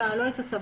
לא את הצו.